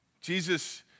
Jesus